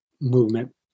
movement